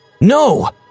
No